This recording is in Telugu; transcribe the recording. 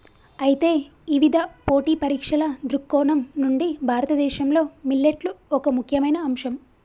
అయితే ఇవిధ పోటీ పరీక్షల దృక్కోణం నుండి భారతదేశంలో మిల్లెట్లు ఒక ముఖ్యమైన అంశం